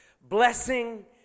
blessing